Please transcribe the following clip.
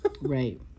Right